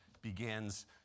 begins